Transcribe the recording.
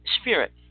spirit